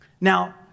Now